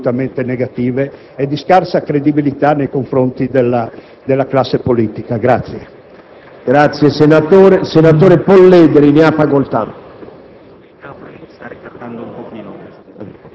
darà delle risposte assolutamente negative e di scarsa credibilità nei confronti della classe politica.